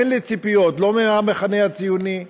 אין לי ציפיות, לא מהמחנה הציוני,